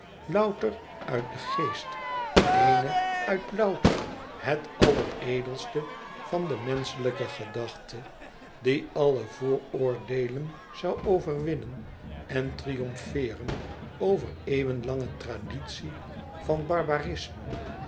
louter uit den geest eene uit louter het alleredelste van de menschelijke gedachte die alle vooroordeelen zoû overwinnen en triomfeeren over eeuwenlange traditie van barbarisme